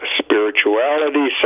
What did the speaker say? spirituality